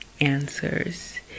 answers